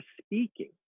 speaking